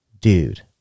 dude